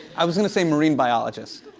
i was gonna say marine biologist.